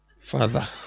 Father